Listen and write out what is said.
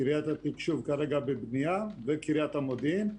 קריית התקשוב כרגע בבנייה, וקריית המודיעין.